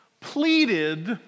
pleaded